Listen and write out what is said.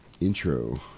intro